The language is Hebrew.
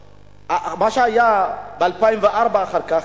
מה שהיה ב-2004 אחר כך,